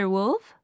Wolf